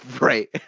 Right